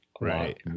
right